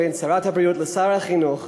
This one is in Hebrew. בין שרת הבריאות לשר החינוך,